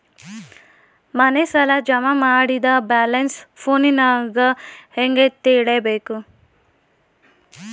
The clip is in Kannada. ಮನೆ ಸಾಲ ಜಮಾ ಮಾಡಿದ ಬ್ಯಾಲೆನ್ಸ್ ಫೋನಿನಾಗ ಹೆಂಗ ತಿಳೇಬೇಕು?